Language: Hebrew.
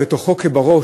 ותוכו כברו,